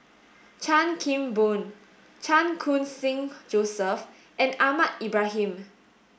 Chan Kim Boon Chan Khun Sing Joseph and Ahmad Ibrahim